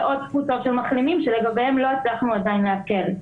עוד קבוצות של מחלימים שלגביהם לא הצלחנו עדיין להקל,